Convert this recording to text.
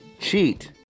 Cheat